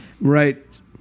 Right